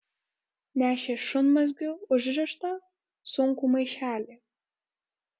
nešė šunmazgiu užrištą sunkų maišelį